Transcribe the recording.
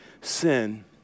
sin